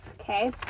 okay